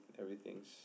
everything's